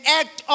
act